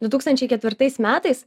du tūkstančiai ketvirtais metais